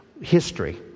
history